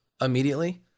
immediately